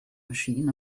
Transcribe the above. machine